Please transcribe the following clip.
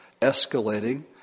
escalating